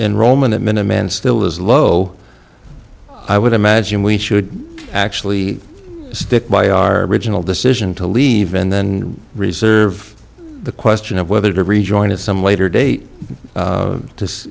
enrollment at minimum and still is low i would imagine we should actually stick by our original decision to leave and then reserve the question of whether to rejoin at some later date